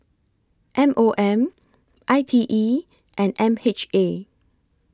M O M I T E and M H A